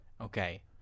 Okay